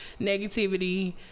negativity